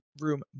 room